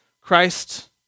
Christ